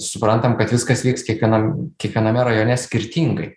suprantam kad viskas vyks kiekvienam kiekviename rajone skirtingai